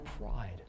pride